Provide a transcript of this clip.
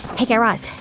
hey, guy raz,